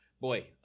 Boy